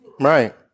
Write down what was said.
Right